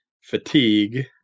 Fatigue